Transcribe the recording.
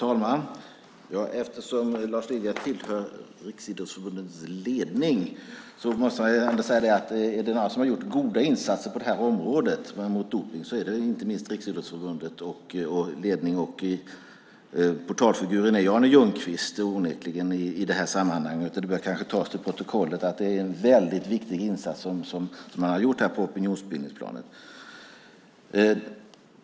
Fru talman! Lars Lilja tillhör Riksidrottsförbundets ledning. Är det några som har gjort goda insatser på dopningsområdet så är det inte minst Riksidrottsförbundet och ledningen där. Portalfiguren i sammanhanget är onekligen Arne Ljungkvist. Det bör kanske tas till protokollet att det är en väldigt viktig insats som han har gjort på opinionsbildningsplanet.